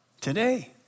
Today